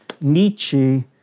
Nietzsche